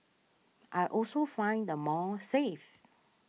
I also find the mall safe